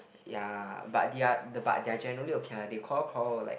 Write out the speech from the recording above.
ya but they are but they are generally okay lah they quarrel quarrel like